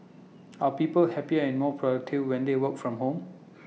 are people happier and more productive when they work from home